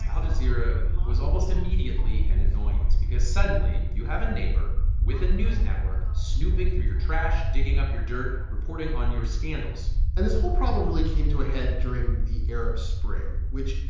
al-jazeera was almost immediately an annoyance because, suddenly, you have a neighbor with a news network snooping through your trash, digging up your dirt, reporting on your scandals and this whole problem really came to a head during the arab spring, which,